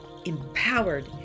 empowered